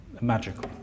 magical